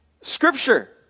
scripture